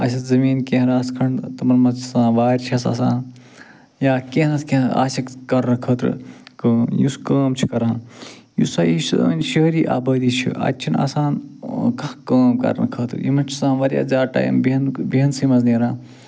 آسہِ زمیٖن کیٚنٛہہ رَژھ کھںٛڈ تِمَن منٛز چھِ آسان وارِ چھَس آسان یا کیٚنٛہہ نَہ تہٕ کیٚنٛہہ آسٮ۪کھ کَرنہٕ خٲطرٕ کٲم یُس کٲم چھِ کران یُس سا یہِ سٲنۍ شہری آبٲدی چھِ اَتہِ چھِنہٕ آسان کانٛہہ کٲم کَرنہٕ خٲطرٕ یِمَن چھِ آسان واریاہ زیادٕ ٹایِم بیٚہنُک بیٚہنسٕے منٛز نیران